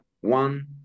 one